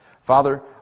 Father